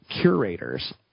curators